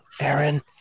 Aaron